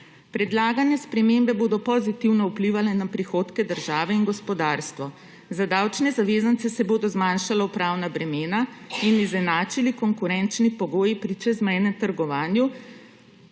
Predlagane spremembe bodo pozitivno vplivale na prihodke države in gospodarstvo. Za davčne zavezance se bodo zmanjšala upravna bremena in izenačili konkurenčni pogoji pri čezmejnem trgovanju,